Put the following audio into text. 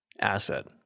asset